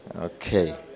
Okay